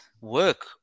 Work